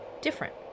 different